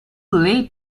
late